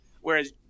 whereas